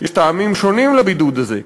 יש טעמים שונים לבידוד הזה,